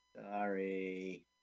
Sorry